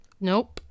Nope